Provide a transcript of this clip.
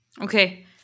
Okay